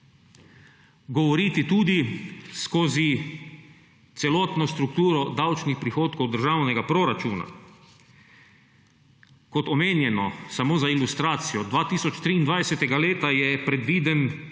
govoriti tudi skozi celotno strukturo davčnih prihodkov državnega proračuna. Kot omenjeno, samo za ilustracijo: 2023. leta je predviden